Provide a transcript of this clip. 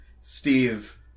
Steve